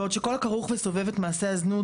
בעוד שכל הכרוך וסובב את מעשה הזנות